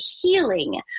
healing